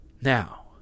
Now